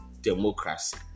democracy